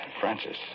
Francis